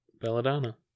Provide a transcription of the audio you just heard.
Belladonna